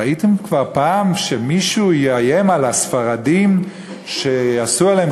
ראיתם כבר פעם שמישהו יאיים על הספרדים שיעשו עליהם